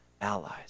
allies